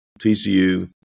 TCU